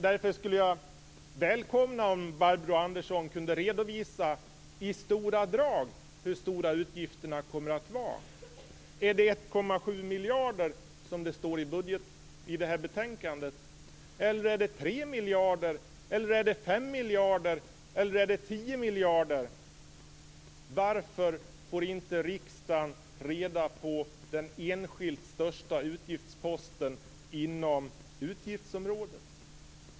Därför skulle jag välkomna om Barbro Andersson Öhrn kunde redovisa i stora drag hur stora utgifterna kommer att vara. Är det 1,7 miljarder, som det står i det här betänkandet? Eller är det 3 miljarder? Eller är det 5 miljarder? Eller är det 10 miljarder? Varför får inte riksdagen reda på den största enskilda utgiftsposten inom utgiftsområdet?